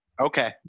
okay